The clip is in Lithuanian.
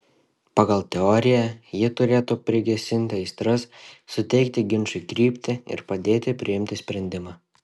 pagal teoriją ji turėtų prigesinti aistras suteikti ginčui kryptį ir padėti priimti sprendimą